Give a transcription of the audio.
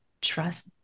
trust